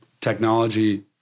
technology